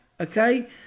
okay